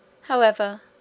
However